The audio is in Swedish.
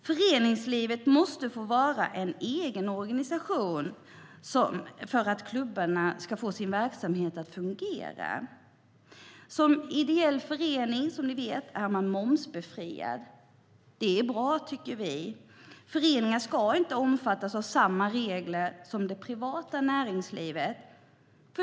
Föreningslivet måste få vara en egen sorts organisation för att klubbarna ska få sin verksamhet att fungera. Som ideell förening är man momsbefriad. Det är bra. Föreningar ska inte omfattas av samma regler som det privata näringslivet.